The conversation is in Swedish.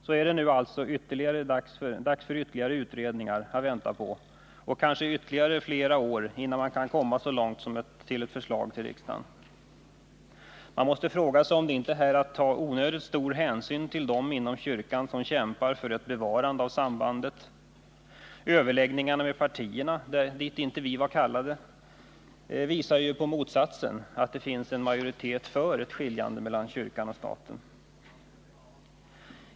Nu är det alltså ytterligare utredningar att vänta på och kanske ytterligare flera år går innan man kan komma så långt som till ett förslag till riksdagen. Man måste fråga sig om inte det här är att ta onödigt stor hänsyn till dem inom kyrkan som kämpar för ett bevarande av sambandet. Överläggningarna med partierna, dit inte vi var kallade, visar på att det finns en majoritet för ett skiljande av kyrka och stat.